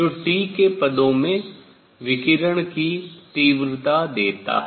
जो T के पदों में विकिरण की तीव्रता देता है